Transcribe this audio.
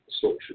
social